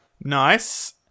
Nice